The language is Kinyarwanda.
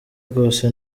rwose